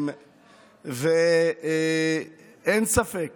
אין ספק